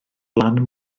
lan